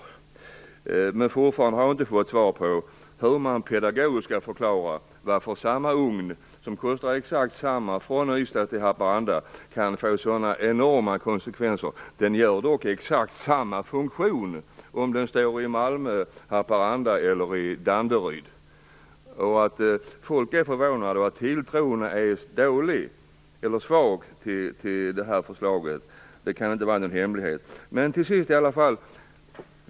Jag har fortfarande inte fått svar på hur man pedagogiskt skall förklara varför samma ugn, som kostar exakt samma från Ystad till Haparanda, kan få så enormt olika konsekvenser. Den har exakt samma funktion om den står i Malmö, Haparanda eller Danderyd. Att folk är förvånade och att tilltron till detta förslag är svag kan inte vara någon hemlighet.